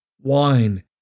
wine